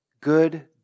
Good